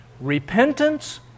Repentance